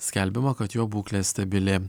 skelbiama kad jo būklė stabili